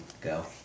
go